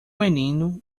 menino